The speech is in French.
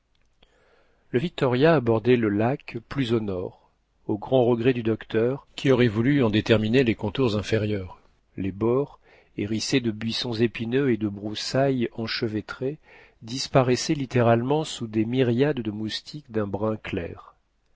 le victoria abordait le lac plus au nord au grand regret du docteur qui aurait voulu en déterminer les contours inférieurs les bords hérissés de boissons épineux et de broussailles enchevêtrées disparaissaient littéralement sous des myriades de moustiques d'un brun clair